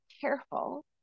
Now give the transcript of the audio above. careful